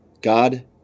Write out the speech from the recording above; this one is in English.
God